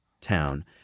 town